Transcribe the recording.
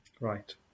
Right